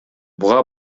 буга